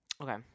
Okay